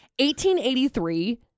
1883